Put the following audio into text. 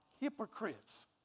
hypocrites